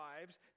lives